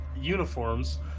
uniforms